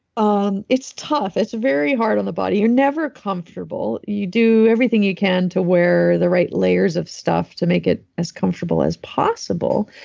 um it's tough. it's very hard on the body. you're never comfortable. you do everything you can to wear the right layers of stuff to make it as comfortable as possible,